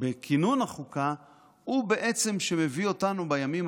בכינון החוקה הוא בעצם שמביא אותנו בימים